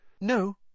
No